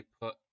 put